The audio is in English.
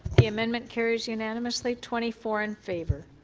the amendment carries unanimously, twenty four in favor.